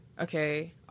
okay